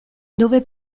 dove